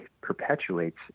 perpetuates